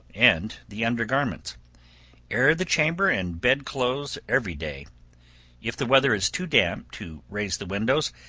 and the under garments air the chamber and bed-clothes every day if the weather is too damp to raise the windows,